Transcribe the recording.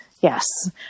Yes